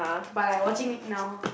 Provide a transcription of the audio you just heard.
but I watching now